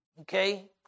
okay